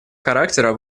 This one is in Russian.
характера